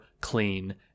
clean